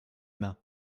mains